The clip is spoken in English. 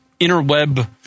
interweb